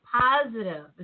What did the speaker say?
positive